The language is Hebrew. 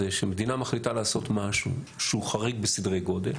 שמדינה מחליטה לעשות משהו שהוא חריג בסדרי גודל,